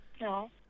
No